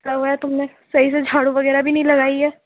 کرا ہوا ہے تم نے صحیح سے جھاڑو وغیرہ بھی نہیں لگائی ہے